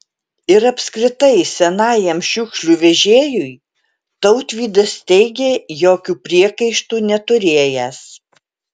ir apskritai senajam šiukšlių vežėjui tautvydas teigė jokių priekaištų neturėjęs